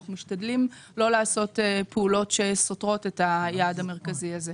אנחנו משתדלים לא לעשות פעולות שסותרות את היעד המרכזי הזה.